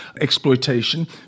exploitation